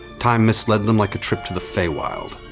time misled them like a trip to the feywild.